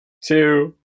two